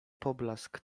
poblask